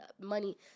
money